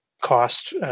cost